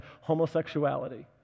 homosexuality